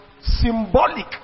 symbolic